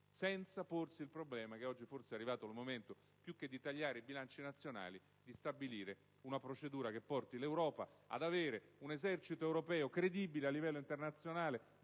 senza porsi il problema che forse è arrivato il momento, più che di tagliare i bilanci nazionali, di stabilire una procedura che porti l'Europa ad avere un Esercito europeo credibile a livello internazionale,